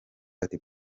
ati